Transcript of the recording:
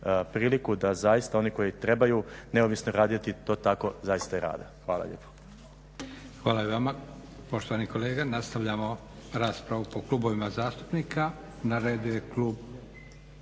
priliku da zaista oni koji trebaju neovisno raditi to tako zaista i rade. Hvala lijepo. **Leko, Josip (SDP)** Hvala i vama, poštovani kolega. Nastavljamo raspravu po klubovima zastupnika. Na redu je Klub